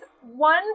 one